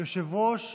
מאה אחוז.